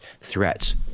threats